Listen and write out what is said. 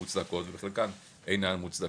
מוצדקות ובחלקן אינן מוצדקות.